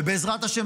ובעזרת ה',